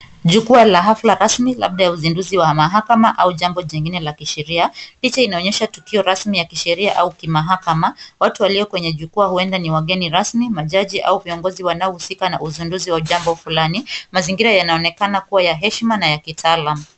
Jukwaa la hafla rasmi labda ya uzinduzi wa mahakama au jambo jingine la kisheria. Picha inaonyesha tukio rasmi ya kisheria au kimahakama. Watu walio kwenye jukwaa huenda ni wageni rasmi, majaji au viongozi wanaohusika na uzinduzi wa jambo fulani. Mazingira yanaonekana kuwa ya heshima na ya kitaalam.